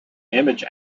image